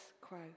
quo